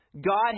God